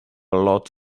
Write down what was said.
lot